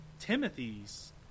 Timothy's